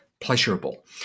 Pleasurable